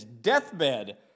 deathbed